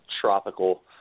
tropical